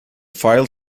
file